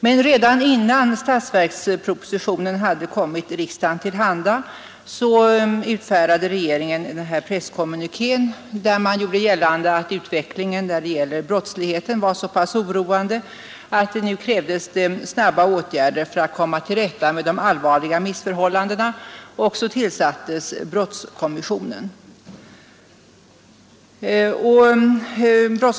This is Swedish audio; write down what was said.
Men redan innan statsverkspropositionen hade kommit riksdagen till handa utfärdade regeringen en presskommuniké där man gjorde gällande att brottslighetens utveckling var så pass oroande att nu krävdes det snabba åtgärder för att komma till rätta med de allvarliga missförhållandena, och så tillsattes brottskommissionen.